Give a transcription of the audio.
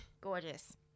Gorgeous